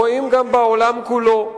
רואים גם בעולם כולו,